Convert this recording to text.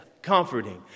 Comforting